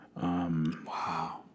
Wow